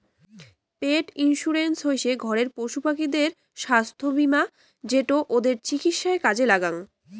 পেট insurance হসে ঘরের পশুপাখিদের ছাস্থ্য বীমা যেটো ওদের চিকিৎসায় কাজে লাগ্যাং